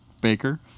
baker